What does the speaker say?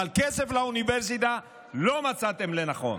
אבל כסף לאוניברסיטה לא מצאתם לנכון.